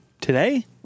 Today